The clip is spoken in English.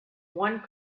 one